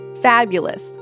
Fabulous